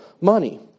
money